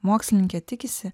mokslininkė tikisi